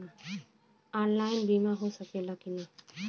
Online बीमा हो सकेला की ना?